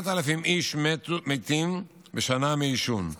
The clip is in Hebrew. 8,000 איש מתים בשנה מעישון,